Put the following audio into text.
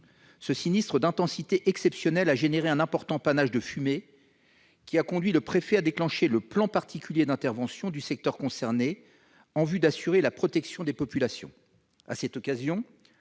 Ce sinistre d'intensité exceptionnelle a produit un important panache de fumée, qui a conduit le préfet à déclencher le plan particulier d'intervention du secteur concerné en vue d'assurer la protection des populations. À cette occasion,